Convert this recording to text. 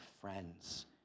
friends